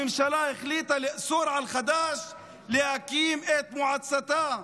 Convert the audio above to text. הממשלה החליטה לאסור על חד"ש להקים את מועצתה,